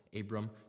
Abram